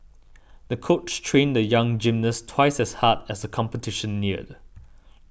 the coach trained the young gymnast twice as hard as the competition neared